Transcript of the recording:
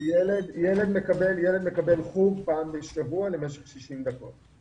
ילד מקבל חוג פעם בשבוע למשך 60 דקות.